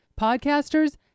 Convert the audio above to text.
Podcasters